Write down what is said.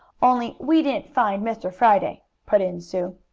only we didn't find mr. friday, put in sue.